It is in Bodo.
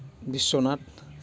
बिश्वनाथ